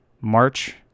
March